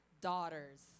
daughters